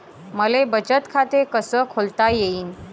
मले बचत खाते कसं खोलता येईन?